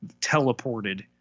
teleported